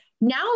now